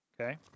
Okay